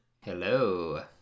Hello